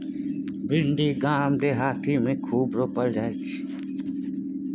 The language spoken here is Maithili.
भिंडी गाम देहात मे खूब रोपल जाई छै